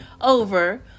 over